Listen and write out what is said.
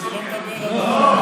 זה לא מדבר אליי,